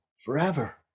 forever